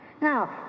Now